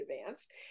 advanced